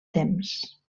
temps